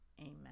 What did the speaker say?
amen